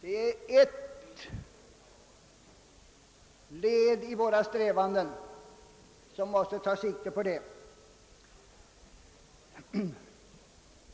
Ett led i våra strävanden måste ta sikte på detta.